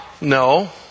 No